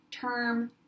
term